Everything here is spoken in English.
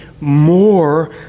more